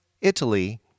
Italy